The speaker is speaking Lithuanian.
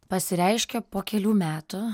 pasireiškia po kelių metų